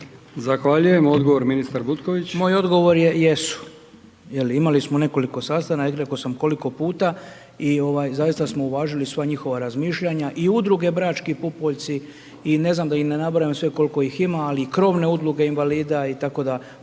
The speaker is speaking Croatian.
Zahvaljujem. Odgovor ministar Butković. **Butković, Oleg (HDZ)** Moj odgovor je jesu, jel imali smo nekoliko sastanka i reko sam koliko puta i ovaj zaista smo uvažili sva njihova razmišljanja i udruge Brački pupoljci i ne znam da ih ne nabrajam sve koliko ih ima ali i krovne udruge invalida, tako da